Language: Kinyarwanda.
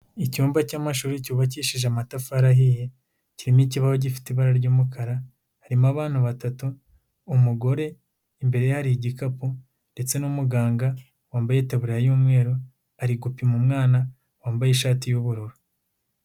Icyumba cy'amashuri cyubakishije amatafari ahiye, kirimo ikibaho gifite ibara ry'umukara, harimo abana batatu, umugore imbere ye hari igikapu ndetse n'umuganga wambaye itaburiya y'umweru, ari gupima umwana wambaye ishati y'ubururu.